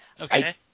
Okay